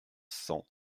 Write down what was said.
cent